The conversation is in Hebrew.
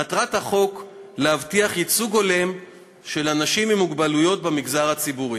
מטרת החוק היא להבטיח ייצוג הולם של אנשים עם מוגבלויות במגזר הציבורי.